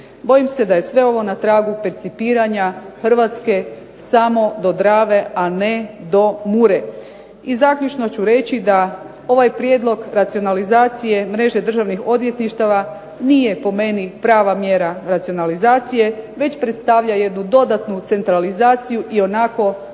Bojim se da je sve ovo na tragu percipiranja Hrvatske samo do Drave a ne do Mure. I zaključno ću reći da ovaj prijedlog racionalizacije, mreže Državnih odvjetništava nije po meni prava mjera racionalizacije već predstavlja jednu dodatnu centralizaciju i onako